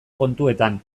kontuetan